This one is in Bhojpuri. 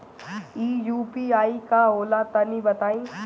इ यू.पी.आई का होला तनि बताईं?